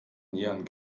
nieren